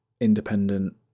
independent